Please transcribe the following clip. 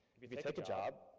if you take a job,